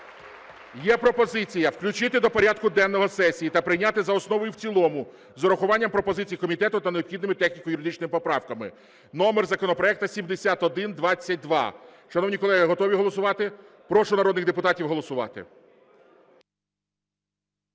Є пропозиція включити до порядку денного сесії та прийняти за основу та в цілому з урахуванням пропозицій комітету та необхідними техніко-юридичними поправками, номер законопроекту 7122. Шановні колеги, готові голосувати? Прошу народних депутатів голосувати.